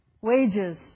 wages